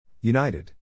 United